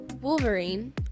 Wolverine